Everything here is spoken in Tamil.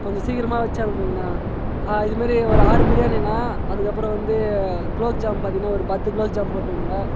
கொஞ்சம் சீக்கிரமாக வச்சு அனுப்புங்கண்ணா இது மாரி ஒரு ஆறு பிரியாணிண்ணா அதுக்கு அப்புறம் வந்து குலோப்ஜாம் பார்த்தீங்கன்னா ஒரு பத்து குலோப்ஜாம் போட்டுவிடுங்க